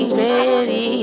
ready